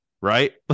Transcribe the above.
right